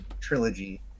trilogy